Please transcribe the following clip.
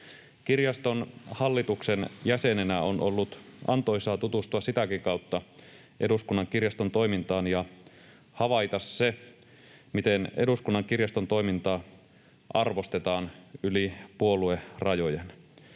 Kirjaston hallituksen jäsenenä on ollut antoisaa tutustua sitäkin kautta Eduskunnan kirjaston toimintaan ja havaita se, miten Eduskunnan kirjaston toimintaa arvostetaan yli puoluerajojen.